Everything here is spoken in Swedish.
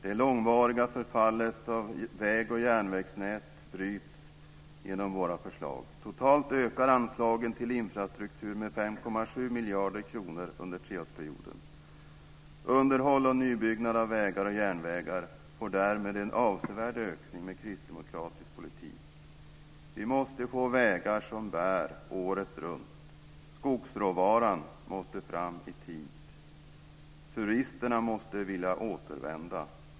Det långvariga förfallet av väg och järnvägsnät bryts genom våra förslag. Totalt ökar anslagen till infrastruktur med 5,7 miljarder kronor under treårsperioden. Underhåll och nybyggnad av vägar och järnvägar får därmed en avsevärd ökning med kristdemokratisk politik. Vi måste få vägar som bär året runt. Skogsråvaran måste fram i tid. Turisterna måste vilja återvända.